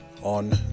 on